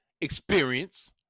experience